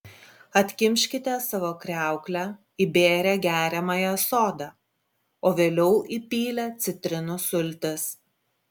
atkimškite savo kriauklę įbėrę geriamąją soda o vėliau įpylę citrinų sultis